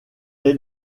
est